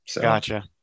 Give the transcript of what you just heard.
Gotcha